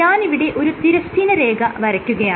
ഞാനിവിടെ ഒരു തിരശ്ചീന രേഖ വരക്കുകയാണ്